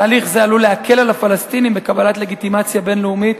תהליך זה עלול להקל על הפלסטינים בקבלת לגיטימציה בין-לאומית